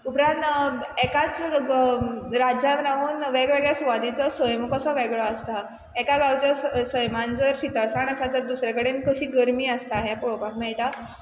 उपरांत एकाच जग राज्यान रावून वेगवेगळे सुवातीचो सैम कसो वेगळो आसता एका गांवच्या स सैमान जर शितळसाण आसा तर दुसरे कडेन कशी गर्मी आसता हें पळोवपाक मेळटा